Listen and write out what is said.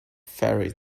fairy